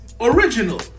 Original